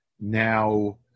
Now